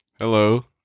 Hello